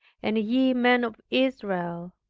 and ye men of israel.